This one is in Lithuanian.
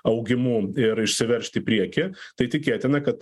augimu ir išsiveržt į priekį tai tikėtina kad